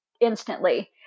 instantly